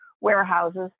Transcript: warehouses